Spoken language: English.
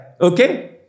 Okay